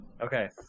Okay